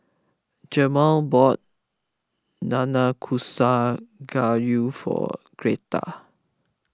Jamar bought Nanakusa Gayu for Gretta